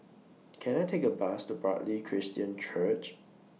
Can I Take A Bus to Bartley Christian Church